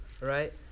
right